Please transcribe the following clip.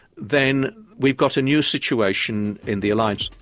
then we've got a new situation in the alliance.